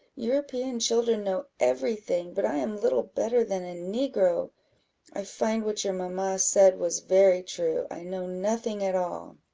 european children know every thing, but i am little better than a negro i find what your mamma said was very true i know nothing at all.